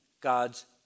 God's